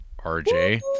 RJ